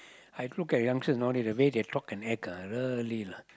I look at youngsters nowadays the way they talk and act ah really lah